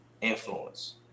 influence